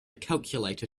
calculator